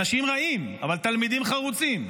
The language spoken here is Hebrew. אנשים רעים אבל תלמידים חרוצים,